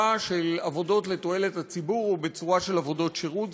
של עבודות לתועלת הציבור ובצורה של עבודות שירות.